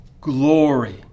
glory